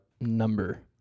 Number